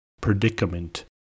Predicament